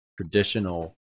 traditional